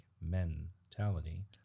mentality